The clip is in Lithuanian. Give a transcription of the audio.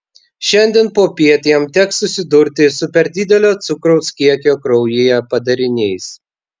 šiandien popiet jam teks susidurti su per didelio cukraus kiekio kraujyje padariniais